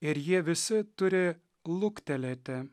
ir jie visi turi luktelėti